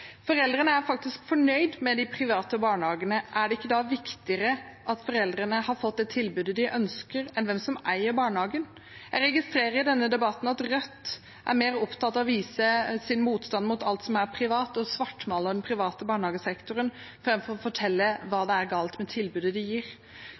Foreldrene er faktisk fornøyde med de private barnehagene. Er det ikke da viktigere at foreldrene har fått det tilbudet de ønsker, enn hvem som eier barnehagen? Jeg registrerer i denne debatten at Rødt er mer opptatt av å vise sin motstand mot alt som er privat, og svartmaler den private barnehagesektoren, framfor å fortelle hva